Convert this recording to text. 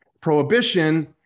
Prohibition